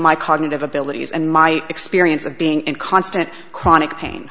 my cognitive abilities and my experience of being in constant chronic pain